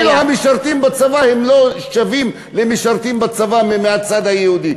אפילו המשרתים בצבא לא שווים למשרתים בצבא מהצד היהודי,